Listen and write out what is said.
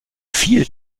viel